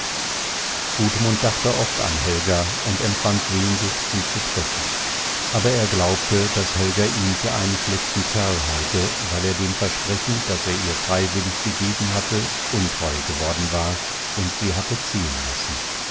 quäle gudmund dachte oft an helga und empfand sehnsicht sie zu treffen aber er glaubte daß helga ihn für einen schlechten kerl halte weil er dem versprechen das er ihr freiwillig gegeben hatte untreu geworden war und sie hatte ziehen lassen